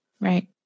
Right